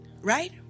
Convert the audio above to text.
Right